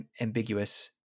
ambiguous